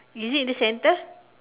is it in the center